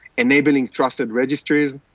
enabling trusted registries,